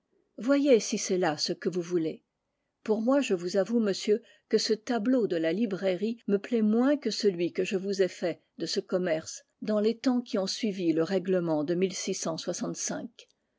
voyez si c'est là ce que vous voulez pour moi je vous avoue monsieur que ce tableau de la librairie me plaît moins que celui que je vous ai fait de ce commerce dans les temps qui ont suivi le règlement de